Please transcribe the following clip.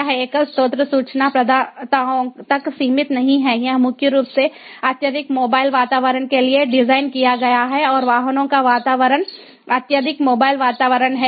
यह एकल स्रोत सूचना प्रदाताओं तक सीमित नहीं है यह मुख्य रूप से अत्यधिक मोबाइल वातावरण के लिए डिज़ाइन किया गया है और वाहनों का वातावरण अत्यधिक मोबाइल वातावरण है